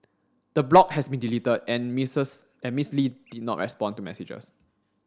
the blog has been deleted and Miss Lee did not respond to messages